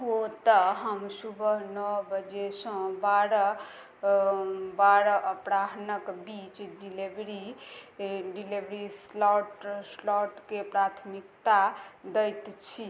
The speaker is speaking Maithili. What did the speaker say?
हो तऽ हम सुबह नओ बजेसँ बारह बारह अपराह्नक बीच डिलेवरी डिलेवरी स्लॉट स्लॉटके प्राथमिकता दैत छी